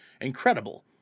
incredible